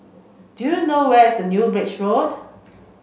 do you know where is the New Bridge Road